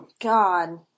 God